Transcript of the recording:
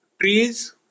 trees